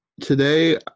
today